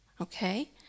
okay